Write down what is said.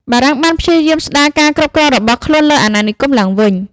បារាំងបានព្យាយាមស្ដារការគ្រប់គ្រងរបស់ខ្លួនលើអាណានិគមឡើងវិញ។